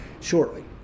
shortly